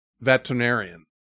veterinarian